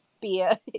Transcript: beer